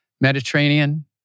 Mediterranean